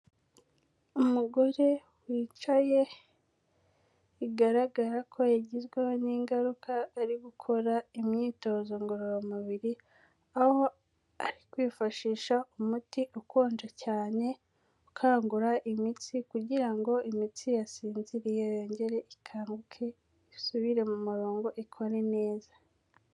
Umugore wicaye, bigaragara ko yagizweho n'ingaruka ari gukora imyitozo ngororamubiri, aho ari kwifashisha umuti ukonje cyane, ukangura imitsi kugira ngo imitsi yasinziriye yongere ikanguke, isubire mu murongo, ikore neza.